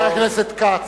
חבר הכנסת כץ,